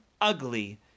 ugly